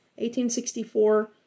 1864